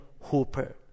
Hooper